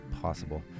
possible